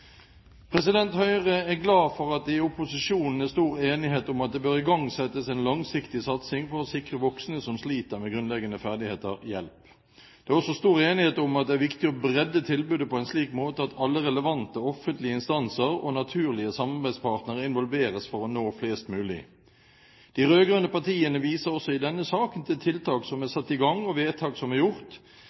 Høyre er glad for at det i opposisjonen er stor enighet om at det bør igangsettes en langsiktig satsing for å sikre voksne som sliter med grunnleggende ferdigheter, hjelp. Det er også stor enighet om at det er viktig å bredde tilbudet på en slik måte at alle relevante offentlige instanser og naturlige samarbeidspartnere involveres for å nå flest mulig. De rød-grønne partiene viser også i denne saken til tiltak som er satt i gang, og vedtak som er gjort,